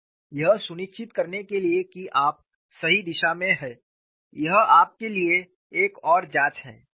यह सुनिश्चित करने के लिए कि आप सही दिशा में हैं यह आपके लिए एक और जाँच है